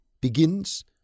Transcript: begins